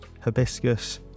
hibiscus